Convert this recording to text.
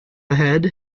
ahead